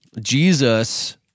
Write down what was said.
Jesus